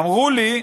אמרו לי: